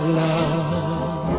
love